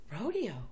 Rodeo